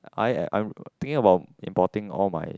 I I think about importing all my